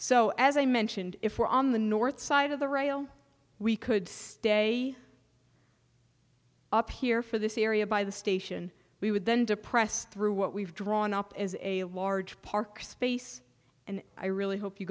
so as i mentioned if we're on the north side of the rail we could stay up here for this area by the station we would then depress through what we've drawn up is a large parking space and i really hope you